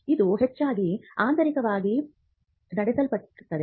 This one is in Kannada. ಇದು ಹೆಚ್ಚಾಗಿ ಆಂತರಿಕವಾಗಿ ನಡೆಸಲ್ಪಡುತ್ತದೆ